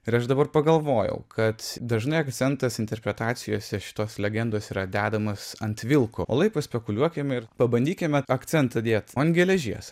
ir aš dabar pagalvojau kad dažnai akcentas interpretacijose šitos legendos yra dedamas ant vilko o lai spekuliuokime ir pabandykime akcentą dėt ant geležies